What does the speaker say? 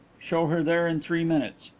show her there in three minutes.